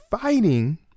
fighting